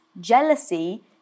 jealousy